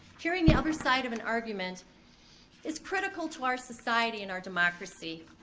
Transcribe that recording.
hearing the other side of an argument is critical to our society and our democracy,